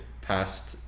past